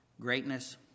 greatness